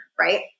right